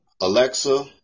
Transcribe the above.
Alexa